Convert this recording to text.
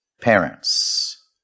parents